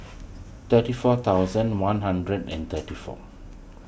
thirty four thousand one hundred and thirty four